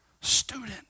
student